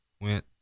went